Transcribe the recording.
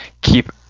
keep